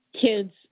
kids